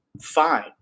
fine